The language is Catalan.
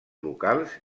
locals